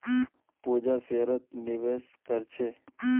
पूजा शेयरत निवेश कर छे